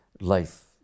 life